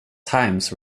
times